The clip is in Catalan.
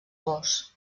vós